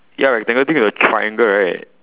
ya rectangle thing with a triangle right